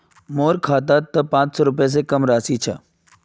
मोर खातात त पांच सौ रुपए स कम राशि छ